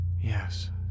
Yes